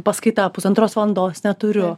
paskaita pusantros valandos neturiu